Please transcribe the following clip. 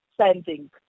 sending